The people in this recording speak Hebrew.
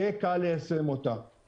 אם